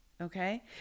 Okay